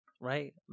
right